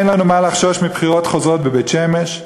אין לנו מה לחשוש מבחירות חוזרות בבית-שמש,